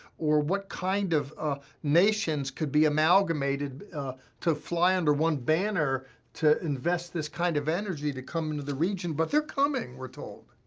or what kind of ah nations could be amalgamated to fly under one banner to invest this kind of energy to come into the region? but they're coming, we're told.